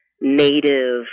native